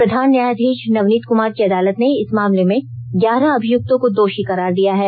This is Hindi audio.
प्रधान न्यायाधीष नवनीत कुमार की अदालत ने इस मामले में ग्यारह अभियुक्तों को दोषी करार दिया है